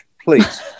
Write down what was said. please